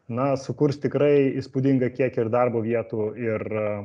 na sukurs tikrai įspūdingą kiekį ir darbo vietų ir